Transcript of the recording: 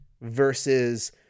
versus